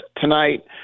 tonight